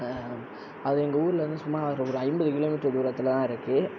அது எங்கள் ஊர்லருந்து சுமார் ஒரு ஐம்பது கிலோ மீட்ரு தூரத்தில்தான் இருக்கு